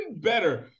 better